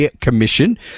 Commission